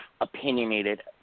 opinionated